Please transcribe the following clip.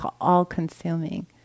all-consuming